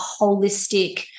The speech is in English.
holistic